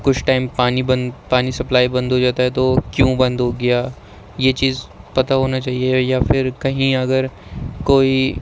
کچھ ٹائم پانی بند پانی سپلائی بند ہو جاتا ہے تو کیوں بند ہو گیا یہ چیز پتا ہونا چاہئے یا پھر کہیں اگر کوئی